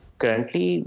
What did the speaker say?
currently